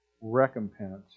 recompense